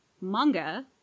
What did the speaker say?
manga